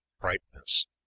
brightness